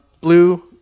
blue